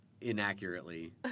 inaccurately